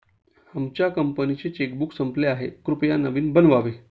आमच्या कंपनीचे चेकबुक संपले आहे, कृपया नवीन बनवावे